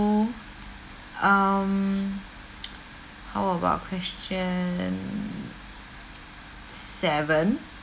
um how about question seven